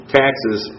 taxes